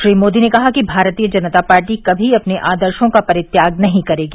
श्री मोदी ने कहा कि भारतीय जनता पार्टी कभी अपने आदर्शो का परित्याग नहीं करेंगी